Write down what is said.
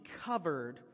covered